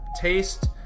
Taste